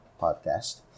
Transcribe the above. podcast